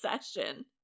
session